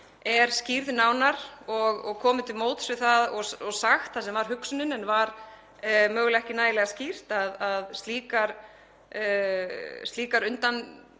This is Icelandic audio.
er skýrð nánar og komið til móts við það og það sagt sem var hugsunin, en var mögulega ekki nægilega skýrt, að slíkar undanþágur